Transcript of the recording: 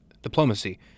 Diplomacy